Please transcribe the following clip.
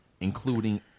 including